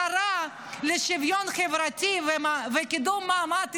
השרה לשוויון חברתי וקידום מעמד האישה,